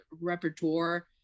repertoire